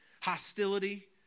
Hostility